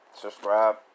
Subscribe